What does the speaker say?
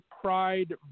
Pride